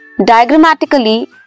Diagrammatically